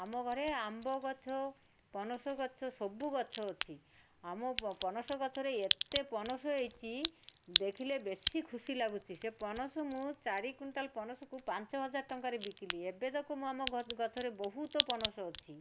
ଆମ ଘରେ ଆମ୍ବ ଗଛ ପଣସ ଗଛ ସବୁ ଗଛ ଅଛି ଆମ ପଣସ ଗଛରେ ଏତେ ପଣସ ହେଇଛି ଦେଖିଲେ ବେଶୀ ଖୁସି ଲାଗୁଛି ସେ ପଣସ ମୁଁ ଚାରି କୁଇଣ୍ଟାଲ ପଣସକୁ ପାଞ୍ଚ ହଜାର ଟଙ୍କାରେ ବିକିଲି ଏବେ ତା'କୁ ମୁଁ ଆମ ଗଛରେ ବହୁତ ପଣସ ଅଛି